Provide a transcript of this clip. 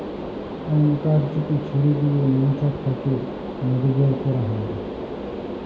uncapping ছুরি দিয়ে মোচাক থ্যাকে মধু ব্যার ক্যারা হয়